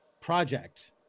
project